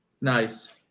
Nice